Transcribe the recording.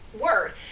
word